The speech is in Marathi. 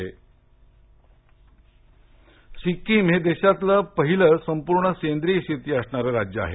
सिक्कीम सिक्कीम हे देशातील पहिलं संपूर्ण सेंद्रीय शेती असणारं राज्य आहे